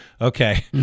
okay